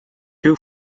two